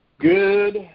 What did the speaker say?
Good